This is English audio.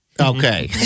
Okay